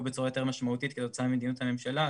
בצורה יותר משמעותית כתוצאה ממדיניות הממשלה.